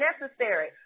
necessary